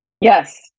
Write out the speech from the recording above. yes